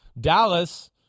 Dallas